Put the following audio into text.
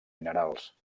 minerals